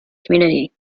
community